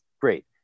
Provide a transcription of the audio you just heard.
great